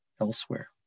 elsewhere